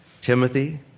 Timothy